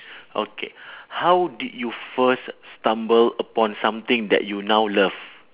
okay how did you first stumble upon something that you now love